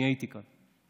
אני הייתי כאן.